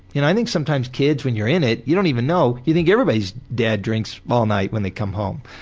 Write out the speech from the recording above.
and i think sometimes kids, when you're in it, you don't even know, you think everybody's dad drinks all night when they come home.